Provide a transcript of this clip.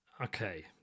okay